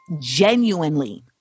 genuinely